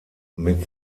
mit